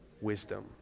wisdom